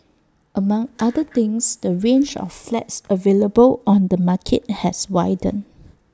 among other things the range of flats available on the market has widened